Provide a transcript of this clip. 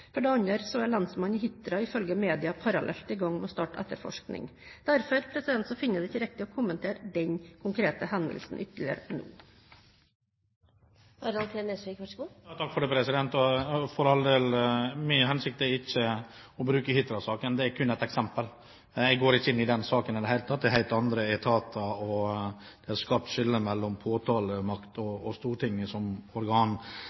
For det andre er lensmannen i Hitra, ifølge media, parallelt i gang med å starte etterforskning. Derfor finner jeg det ikke riktig å kommentere denne konkrete hendelsen ytterligere nå. For all del – med hensikt eller ikke – Hitra-saken er kun brukt som et eksempel. Jeg går ikke inn i den saken i det hele tatt. Det skal helt andre etater gjøre, og det er et skarpt skille mellom påtalemakt og Stortinget som organ,